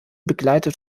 begleitet